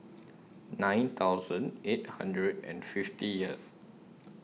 nine thousand eight hundred and fiftieth